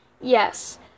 Yes